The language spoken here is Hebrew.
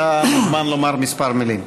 אתה מוזמן לומר כמה מילים.